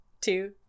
two